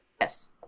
Yes